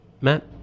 Matt